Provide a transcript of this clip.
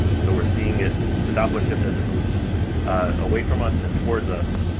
so we're seeing it, the doppler shift as it moves away from us and towards us,